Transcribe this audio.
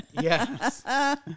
Yes